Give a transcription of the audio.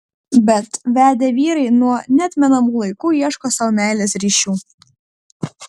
bet vedę vyrai nuo neatmenamų laikų ieško sau meilės ryšių